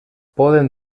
poden